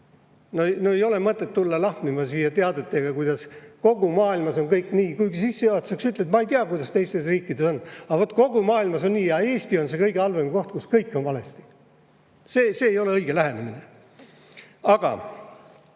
No ei ole mõtet tulla siia lahmima teatega, et kogu maailmas on kõik nii, kuigi sissejuhatuseks sa ütlesid, et sa ei tea, kuidas teistes riikides on. Aga vot kogu maailmas on nii ja Eesti on see kõige halvem koht, kus kõik on valesti! See ei ole õige lähenemine. Aga